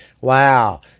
Wow